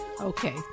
Okay